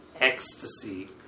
ecstasy